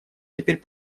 теперь